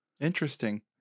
Interesting